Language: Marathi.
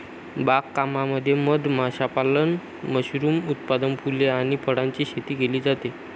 बाग कामामध्ये मध माशापालन, मशरूम उत्पादन, फुले आणि फळांची शेती केली जाते